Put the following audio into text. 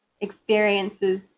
experiences